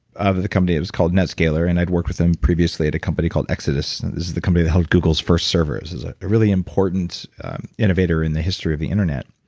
of of the company it was called netscaler and i'd worked with him previously at a company called exodus. this is the company that held google's first server, this is a really important innovator in the history of the internet.